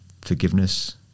forgiveness